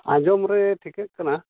ᱟᱸᱡᱚᱢ ᱨᱮ ᱴᱷᱤᱠᱟᱹᱜ ᱠᱟᱱᱟ